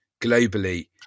globally